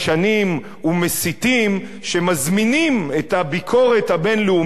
ומסיתים שמזמינים את הביקורת הבין-לאומית,